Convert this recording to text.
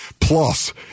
plus